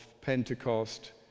Pentecost